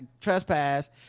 trespass